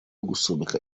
gusubika